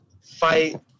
fight